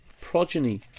progeny